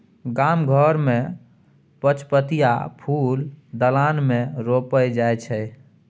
गाम घर मे पचपतिया फुल दलान मे रोपल जाइ छै